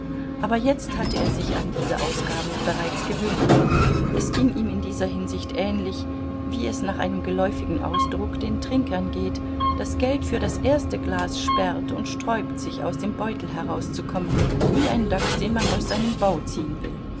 aber jetzt hatte er sich an diese ausgaben bereits gewöhnt es ging ihm in dieser hinsicht ähnlich wie es nach einem geläufigen ausdruck den trinkern geht das geld für das erste glas sperrt und sträubt sich aus dem beutel herauszukommen wie ein dachs den man aus seinem bau ziehen will